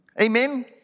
Amen